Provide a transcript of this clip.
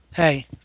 Hey